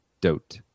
Dote